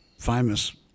Famous